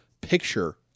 picture